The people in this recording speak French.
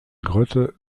grotte